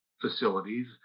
facilities